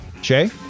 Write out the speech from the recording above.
Jay